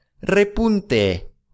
Repunte